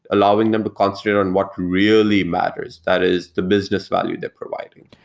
allowing them to concentrate on what really matters. that is the business value they're providing.